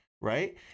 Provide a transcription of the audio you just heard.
right